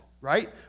right